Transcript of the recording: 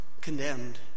condemned